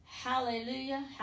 Hallelujah